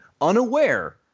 unaware